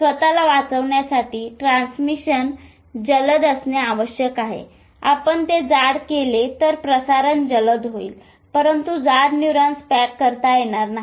स्वतःला वाचवण्यासाठी ट्रान्समिशन जलद असणे आवश्यक आहे आपण ते जाड केले तर प्रसारण जलद होईल परंतु जाड न्यूरॉन्स पॅक करता येणार नाहीत